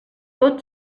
tot